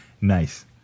Nice